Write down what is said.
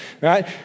right